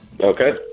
Okay